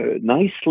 nicely